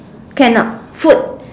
can not food